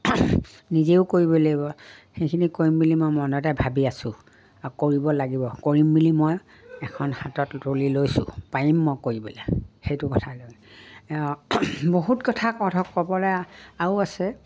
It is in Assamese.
নিজেও কৰিব লাগিব সেইখিনি কৰিম বুলি মই মনতে ভাবি আছোঁ কৰিব লাগিব কৰিম বুলি মই এখন হাতত তুলি লৈছোঁ পাৰিম মই কৰিবলে সেইটো কথা লে বহুত কথা কথা ক'বলে আৰু আছে